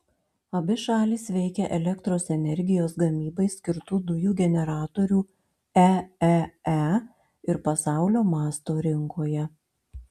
abi šalys veikia elektros energijos gamybai skirtų dujų generatorių eee ir pasaulio masto rinkoje